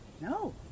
No